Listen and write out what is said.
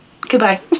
Goodbye